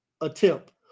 attempt